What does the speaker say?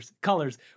colors